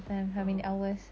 oh